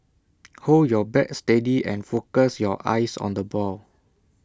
hold your bat steady and focus your eyes on the ball